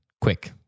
quick